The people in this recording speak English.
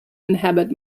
inhabit